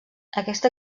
aquesta